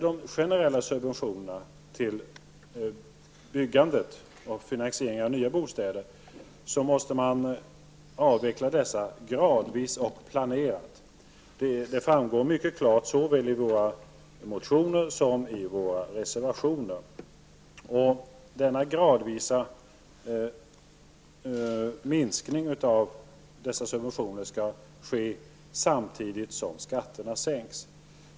De generella subventionerna till byggandet och finansieringen av nya bostäder måste avvecklas gradvis och planerats. Det framgår mycket klart såväl i våra motioner som i våra reservationer. Och denna gradvisa minskning av dessa subventioner skall ske samtidigt som skatterna sänks.